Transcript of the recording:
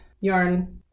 yarn